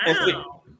Wow